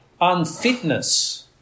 unfitness